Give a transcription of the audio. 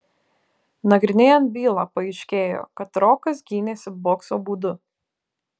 nagrinėjant bylą paaiškėjo kad rokas gynėsi bokso būdu